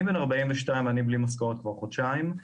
אני בן 42 ובלי משכורת כבר חודשיים.